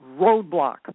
roadblock